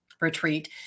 retreat